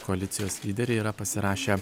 koalicijos lyderiai yra pasirašę